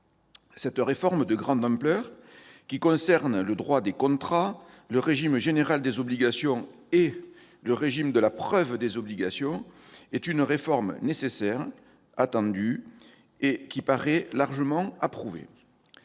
Cette réforme de grande ampleur du droit des contrats, du régime général des obligations et du régime de la preuve des obligations est nécessaire et attendue. Elle paraît largement approuvée.